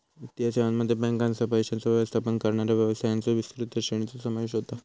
वित्तीय सेवांमध्ये बँकांसह, पैशांचो व्यवस्थापन करणाऱ्या व्यवसायांच्यो विस्तृत श्रेणीचो समावेश होता